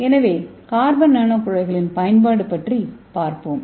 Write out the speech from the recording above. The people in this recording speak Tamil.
எனவே கார்பன் நானோகுழாய்களின் பல்வேறு பயன்பாடுகள் பற்றி பார்ப்போம்